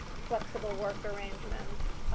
flexible work arrangements,